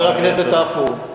חבר הכנסת עפו,